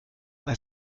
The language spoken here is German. bei